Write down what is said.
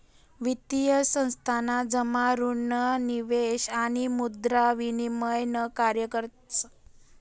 वित्तीय संस्थान जमा ऋण निवेश आणि मुद्रा विनिमय न कार्य करस